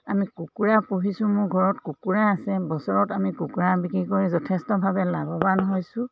আমি কুকুৰা পুহিছোঁ মোৰ ঘৰত কুকুৰা আছে বছৰত আমি কুকুৰা বিক্ৰী কৰি যথেষ্টভাৱে লাভৱান হৈছোঁ